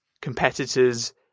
competitors